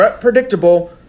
predictable